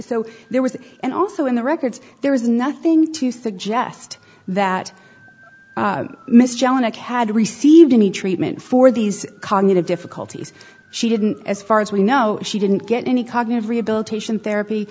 so there was and also in the records there is nothing to suggest that mr jelinek had received any treatment for these cognitive difficulties she didn't as far as we know she didn't get any cognitive rehabilitation therapy